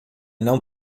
não